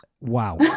Wow